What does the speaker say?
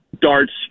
darts